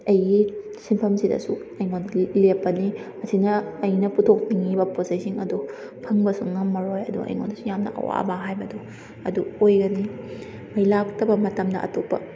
ꯑꯩꯒꯤ ꯁꯤꯟꯐꯝꯁꯤꯗꯁꯨ ꯑꯩꯉꯣꯟꯗ ꯂꯦꯞꯄꯅꯤ ꯑꯁꯤꯅ ꯑꯩꯅ ꯄꯨꯊꯣꯛꯅꯤꯡꯉꯤꯕ ꯄꯣꯠ ꯆꯩꯁꯤꯡ ꯑꯗꯣ ꯐꯪꯕꯁꯨ ꯉꯝꯃꯔꯣꯏ ꯑꯗꯨꯒ ꯑꯩꯉꯣꯟꯗꯁꯨ ꯌꯥꯝꯅ ꯑꯋꯥꯕ ꯍꯥꯏꯕꯗꯨ ꯑꯗꯨ ꯑꯣꯏꯒꯅꯤ ꯃꯩ ꯂꯥꯛꯇꯕ ꯃꯇꯝꯗ ꯑꯇꯣꯞꯄ